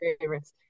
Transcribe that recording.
favorites